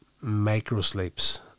micro-sleeps